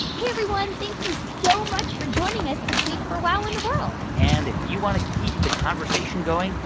hey, everyone, thank you so much for joining us this week for wow in the world and if you want to keep the conversation going,